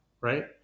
right